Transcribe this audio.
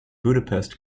budapest